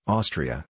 Austria